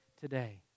today